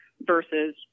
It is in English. versus